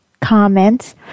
comments